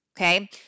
okay